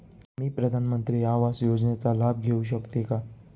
मी प्रधानमंत्री आवास योजनेचा लाभ घेऊ शकते का?